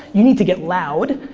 you need to get loud.